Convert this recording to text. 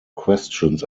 questions